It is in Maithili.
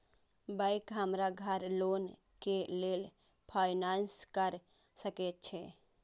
बैंक हमरा घर लोन के लेल फाईनांस कर सके छे?